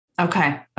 Okay